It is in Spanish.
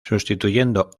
sustituyendo